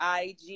IG